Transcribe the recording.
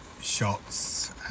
shots